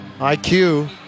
IQ